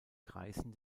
kreisen